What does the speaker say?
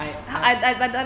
I I